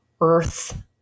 earth